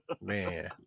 man